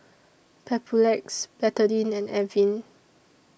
Papulex Betadine and Avene